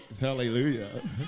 hallelujah